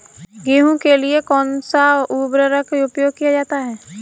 गेहूँ के लिए कौनसा उर्वरक प्रयोग किया जाता है?